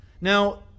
Now